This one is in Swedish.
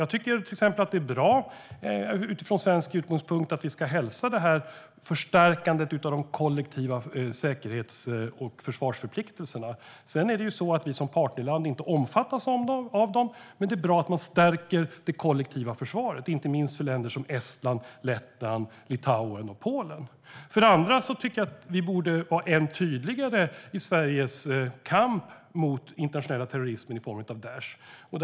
Jag tycker för det första att det är bra utifrån svensk utgångspunkt att vi ska hälsa det här förstärkandet av de kollektiva säkerhets och försvarsförpliktelserna. Som partnerland omfattas vi inte av dem, men det är bra att man stärker det kollektiva försvaret, inte minst för länder som Estland, Lettland, Litauen och Polen. För det andra tycker jag att vi borde vara än tydligare i Sveriges kamp mot den internationella terrorismen i form av Daish.